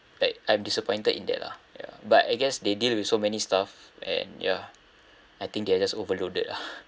like I'm disappointed in that lah ya but I guess they deal with so many stuff and yeah I think they're just overloaded ah